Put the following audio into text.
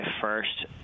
first